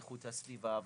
איכות הסביבה,